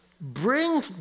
bring